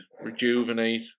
rejuvenate